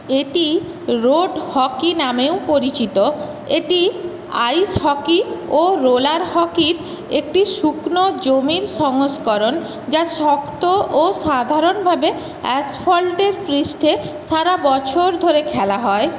এটি road hockey নামেও পরিচিত এটি আইস হকি ও রোলার হকির একটি শুকনো জমির সংস্করণ যা শক্ত ও সাধারণভাবে অ্যাসফল্টের পৃষ্ঠে সারা বছর ধরে খেলা হয়